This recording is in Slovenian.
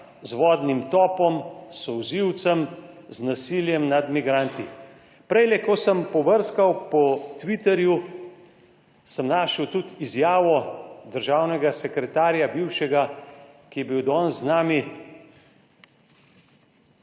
z vodnim topom, s solzivcem, z nasiljem nad migranti. Prejle, ko sem pobrskal po Twitterju sem našel tudi izjavo državnega sekretarja, bivšega, ki je bil danes z nami,